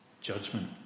judgment